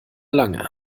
lange